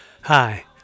Hi